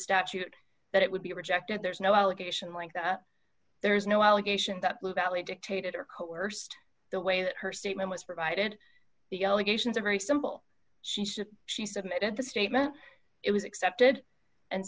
statute that it would be rejected there's no allegation like that there is no allegation that lou ballet dictated or coerced the way that her statement was provided the allegations are very simple she said she submitted the statement it was accepted and